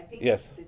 Yes